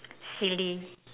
silly